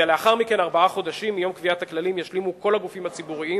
ותוך ארבעה חודשים מיום קביעת הכללים ישלימו כל הגופים הציבוריים